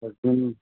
personal